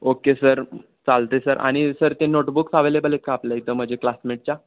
okay sir चालते sir आणि sir ते नोटबुक्स अवेलेबल आहेत का आपल्या इथं म्हणजे क्लासमेटच्या